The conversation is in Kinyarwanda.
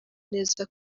neza